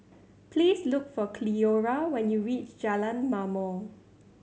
please look for Cleora when you reach Jalan Ma'mor